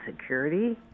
security